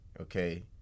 okay